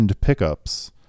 pickups